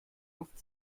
luft